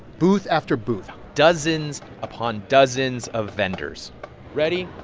booth after booth dozens upon dozens of vendors ready,